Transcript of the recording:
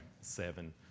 seven